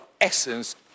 essence